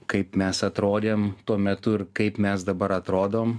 kaip mes atrodėm tuo metu ir kaip mes dabar atrodom